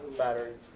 battery